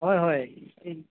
হয় হয় এই